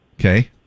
Okay